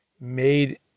made